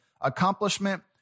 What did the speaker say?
accomplishment